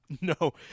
No